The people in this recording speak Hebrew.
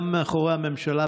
גם מאחורי הממשלה,